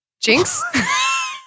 Jinx